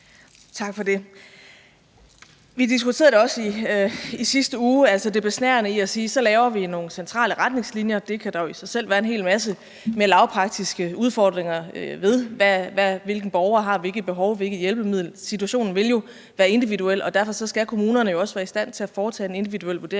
Tak for det. Vi diskuterede det også i sidste uge, altså det besnærende i at sige, at så laver vi nogle centrale retningslinjer. Det kan der jo i sig selv være en hel masse mere lavpraktiske udfordringer ved – hvilken borger har hvilket behov, hvilket hjælpemiddel? Situationen vil være individuel, og derfor skal kommunerne jo også være i stand til at foretage en individuel vurdering.